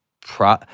pro